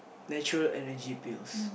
natural Energy Pills